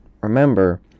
remember